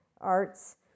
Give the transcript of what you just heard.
arts